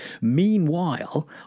meanwhile